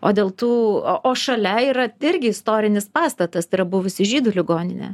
o dėl tų o o šalia yra irgi istorinis pastatas tai yra buvusi žydų ligoninė